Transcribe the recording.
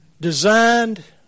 designed